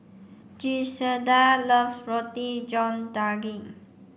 Griselda loves Roti John Daging